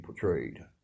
portrayed